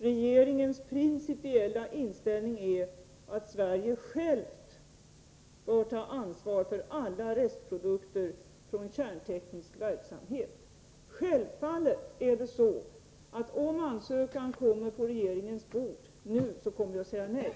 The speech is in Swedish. Regeringens principiella inställning är att Sverige självt bör ta ansvar för alla restprodukter från kärnteknisk verksamhet.” Om en ansökan kommer på regeringens bord nu, kommer vi självfallet att säga nej.